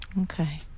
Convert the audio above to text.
Okay